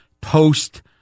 post